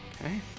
Okay